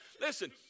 Listen